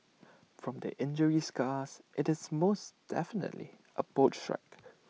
from the injury scars IT is most definitely A boat strike